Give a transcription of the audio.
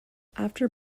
after